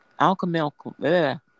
alchemical